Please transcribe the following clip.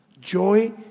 Joy